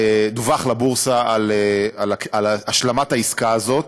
דווח לבורסה על השלמת העסקה הזאת,